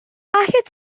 allet